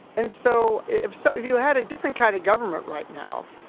and so if so you had a different kind of government right now,